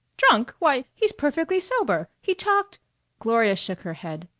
drunk? why, he's perfectly sober. he talked gloria shook her head.